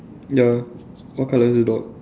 ya what colour is the dog